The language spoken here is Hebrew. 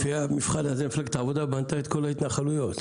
לפי זה מפלגת העבודה בנתה את כל ההתנחלויות.